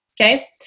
Okay